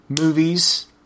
movies